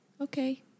okay